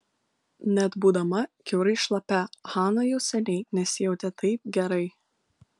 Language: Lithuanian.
net būdama kiaurai šlapia hana jau seniai nesijautė taip gerai